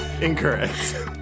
Incorrect